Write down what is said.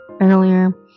earlier